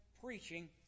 preaching